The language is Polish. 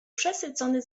przesycony